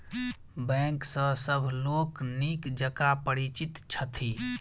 bank सॅ सभ लोक नीक जकाँ परिचित छथि